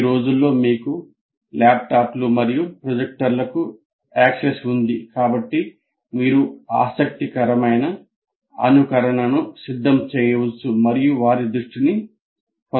ఈ రోజుల్లో మీకు ల్యాప్టాప్లు మరియు ప్రొజెక్టర్లకు ప్రాప్యత ఉంది కాబట్టి మీరు ఆసక్తికరమైన అనుకరణను సిద్ధం చేయవచ్చు మరియు వారి దృష్టిని పొందవచ్చు